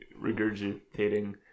regurgitating